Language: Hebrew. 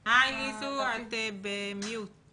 חשוב, שמדיר שינה מעיני ומעיני חבריי